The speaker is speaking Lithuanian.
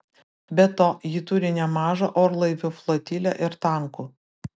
be to ji turi nemažą orlaivių flotilę ir tankų